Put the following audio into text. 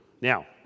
Now